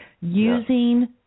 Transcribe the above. using